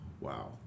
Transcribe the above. Wow